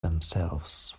themselves